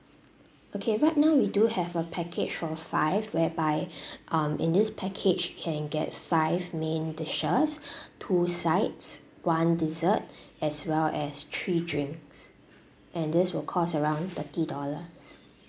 okay right now we do have a package for five whereby um in this package you can get five main dishes two sides one dessert as well as three drinks and this will cost around thirty dollars